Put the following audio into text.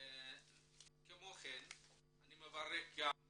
כמו כן אני מברך את